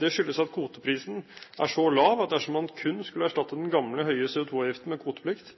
Det skyldes at kvoteprisen er så lav at dersom man kun skulle erstatte den gamle, høye CO2-avgiften med kvoteplikt,